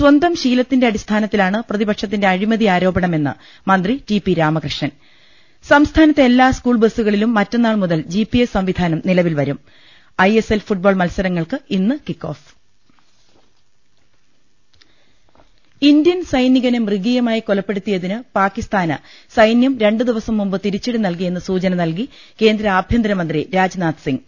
സ്വന്തം ശീലത്തിന്റെ അടിസ്ഥാനത്തിലാണ് പ്രതിപക്ഷത്തിന്റെ അഴിമതിയാരോപണമെന്ന് മന്ത്രി ടി പി രാമകൃഷ്ണൻ സംസ്ഥാനത്തെ എല്ലാ സ്കൂൾ ബസുകളിലും മറ്റന്നാൾ മുതൽ ജി പി എസ് സംവിധാനം നിലവിൽ വരും ഐ എസ് എൽ ഫുട്ബോൾ മത്സരങ്ങൾക്ക് ഇന്ന് കിക്കോഫ് മൃഗീയമായി ഇന്ത്യൻ കൊലപ്പെടുത്തിയതിന് പാകിസ്ഥാന് സൈന്യം രണ്ട് ദിവസംമുമ്പ് തിരിച്ചടി നൽകിയെന്ന് സൂചന നല്കി കേന്ദ്ര ആഭ്യന്തരമന്ത്രി രാജ്നാഥ്സിംഗ്